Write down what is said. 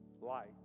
light